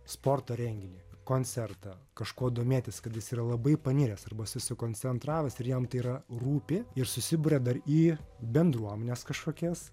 sporto renginį koncertą kažkuo domėtis kad jis yra labai paniręs arba susikoncentravęs ir jam tai yra rūpi ir susiburia dar į bendruomenes kažkokias